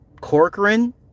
Corcoran